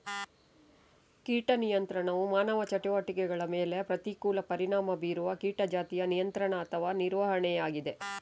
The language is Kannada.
ಕೀಟ ನಿಯಂತ್ರಣವು ಮಾನವ ಚಟುವಟಿಕೆಗಳ ಮೇಲೆ ಪ್ರತಿಕೂಲ ಪರಿಣಾಮ ಬೀರುವ ಕೀಟ ಜಾತಿಯ ನಿಯಂತ್ರಣ ಅಥವಾ ನಿರ್ವಹಣೆಯಾಗಿದೆ